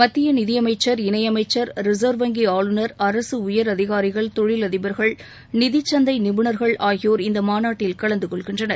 மத்திய நிதியமைச்சர் இணையமைச்சர் ரிசர்வ் வங்கி ஆளுநர் அரசு உயர் அதிகாரிகள் தொழிலதிபர்கள் நிதிச் சந்தை நிபுணர்கள் ஆகியோர் இந்த மாநாட்டில் கலந்து கொள்கின்றனர்